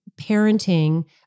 parenting